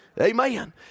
Amen